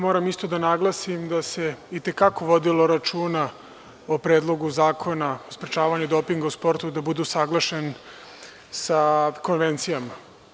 Moram isto da naglasim da se i te kako vodilo računa o Predlogu zakona o sprečavanju dopinga u sportu da bude usaglašen sa konvencijama.